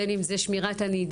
בין אם על שמירת הנידה,